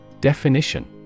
Definition